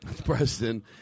Preston